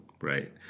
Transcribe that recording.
right